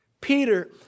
Peter